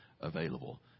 available